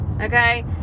okay